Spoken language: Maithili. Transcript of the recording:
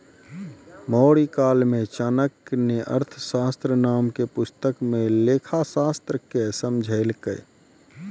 मौर्यकाल मे चाणक्य ने अर्थशास्त्र नाम के पुस्तक मे लेखाशास्त्र के समझैलकै